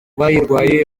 bayirwaye